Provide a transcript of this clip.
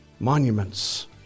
monuments